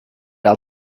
i’ll